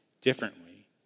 differently